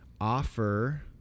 offer